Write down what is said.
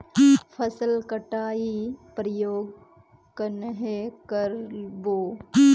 फसल कटाई प्रयोग कन्हे कर बो?